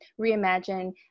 reimagine